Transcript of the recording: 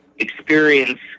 experience